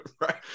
right